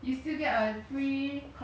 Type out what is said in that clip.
ya that's true